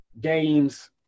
games